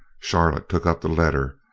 charlotte took up the letter,